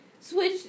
switch